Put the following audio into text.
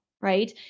right